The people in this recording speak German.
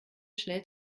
schnell